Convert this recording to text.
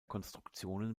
konstruktionen